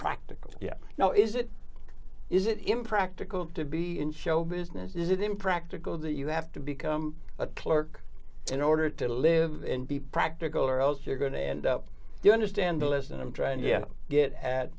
practical yes now is it is it impractical to be in show business is it impractical that you have to become a clerk in order to live and be practical or else you're going to end up you understand the lesson i'm trying yeah get at